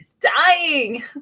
Dying